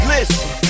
Listen